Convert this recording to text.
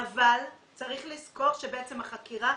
אבל צריך לזכור שבעצם החקירה,